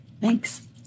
Thanks